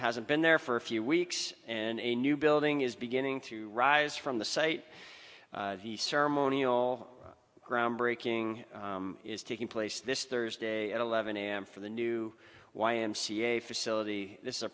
hasn't been there for a few weeks and a new building is beginning to rise from the site the ceremonial groundbreaking is taking place this thursday at eleven am for the new y m c a facility this